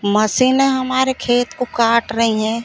मसीनें हमारे खेत को काट रहीं हैं